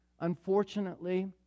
Unfortunately